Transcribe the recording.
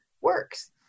works